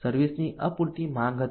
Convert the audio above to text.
service ની અપૂરતી માંગ હતી